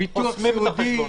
-- ביטוח סיעודי,